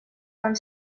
van